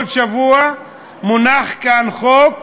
כל שבוע מונח כאן חוק,